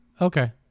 okay